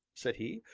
said he,